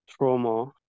trauma